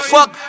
Fuck